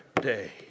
day